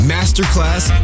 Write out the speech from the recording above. Masterclass